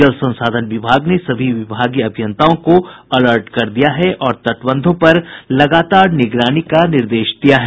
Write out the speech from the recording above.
जल संसाधन विभाग ने सभी विभागीय अभियंताओं को अलर्ट कर दिया है और तटबंधों पर लगातार निगरानी का निर्देश दिया है